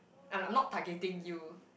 I'm I'm not targeting you